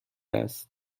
است